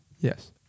Yes